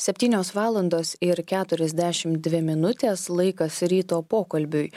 septynios valandos ir keturiasdešimt dvi minutės laikas ryto pokalbiui